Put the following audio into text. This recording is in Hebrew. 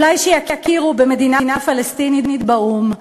אולי שיכירו במדינה פלסטינית באו"ם,